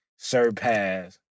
Surpass